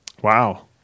Wow